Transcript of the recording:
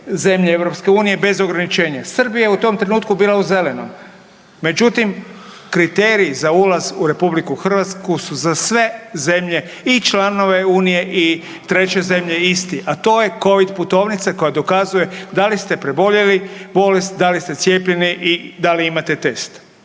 zemlje Europske unije bez ograničenja. Srbija je u tom trenutku bila u zelenom. Međutim, kriteriji za ulaz u Republiku Hrvatsku su za sve zemlje i članove Unije, i treće zemlje isti a to je Covid putovnica koja dokazuje da li ste preboljeli bolest, da li ste cijepljeni i da li imate test.